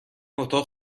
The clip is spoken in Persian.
اتاق